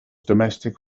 domestic